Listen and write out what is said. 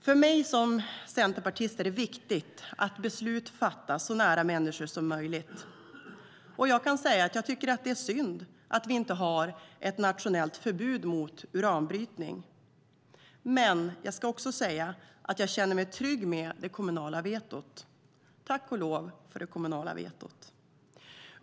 För mig som centerpartist är det viktigt att beslut fattas så nära människorna som möjligt. Jag kan säga att jag tycker att det är synd att vi inte har ett nationellt förbud mot uranbrytning. Men jag ska också säga att jag känner mig trygg med det kommunala vetot. Tack och lov har vi det kommunala vetot.